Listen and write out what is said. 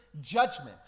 judgment